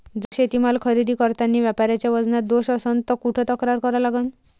जर शेतीमाल खरेदी करतांनी व्यापाऱ्याच्या वजनात दोष असन त कुठ तक्रार करा लागन?